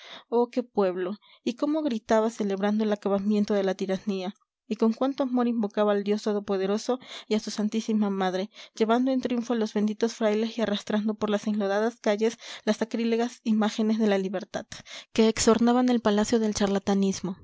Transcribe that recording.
oh qué pueblo y cómo gritaba celebrando el acabamiento de la tiranía y con cuánto amor invocaba al dios todopoderoso y a su santísima madre llevando en triunfo a los benditos frailes y arrastrando por las enlodadas calles las sacrílegas imágenes de la libertad que exornaban el palacio del charlatanismo